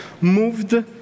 moved